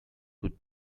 could